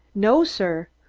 no, sir.